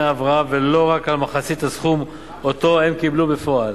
ההבראה ולא רק על מחצית הסכום שאותו הם קיבלו בפועל.